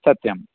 सत्यं